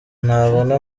nabona